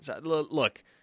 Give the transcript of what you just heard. Look